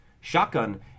Shotgun